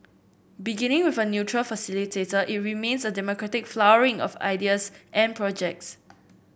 beginning with a neutral facilitator it remains a democratic flowering of ideas and projects